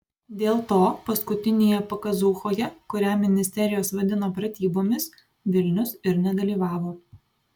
dėl to paskutinėje pakazūchoje kurią ministerijos vadino pratybomis vilnius ir nedalyvavo